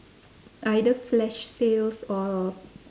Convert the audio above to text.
either flash sales or